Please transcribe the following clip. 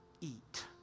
eat